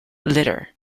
litter